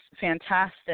fantastic